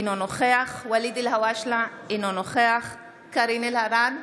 אינו נוכח ואליד אלהואשלה, אינו נוכח קארין אלהרר,